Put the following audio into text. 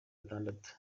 atandatu